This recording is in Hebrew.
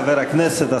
חבר הכנסת,